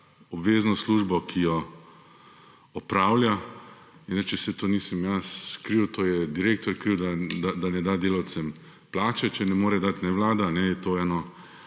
obvezno službo, ki jo opravlja in reče, saj to nisem jaz kriv, to je direktor kriv, da ne da delavcem plače, če ne more dati ne Vlada, je to eno